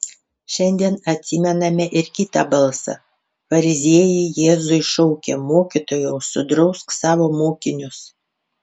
šiandien atsimename ir kitą balsą fariziejai jėzui šaukė mokytojau sudrausk savo mokinius